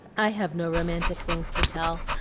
i have no romantic things to tell,